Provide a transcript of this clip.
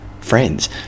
friends